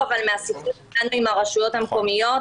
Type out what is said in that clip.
--- אבל מהשיחות שלי עם הרשויות המקומיות,